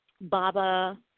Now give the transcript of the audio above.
Baba